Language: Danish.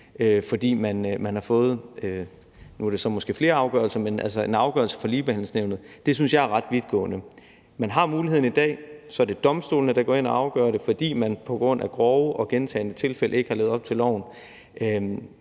flere afgørelser – en afgørelse fra Ligebehandlingsnævnet, synes jeg er ret vidtgående. Man har muligheden i dag, og så er det domstolene, der går ind og afgør det, fordi man på grund af grove og gentagne tilfælde ikke har levet op til loven,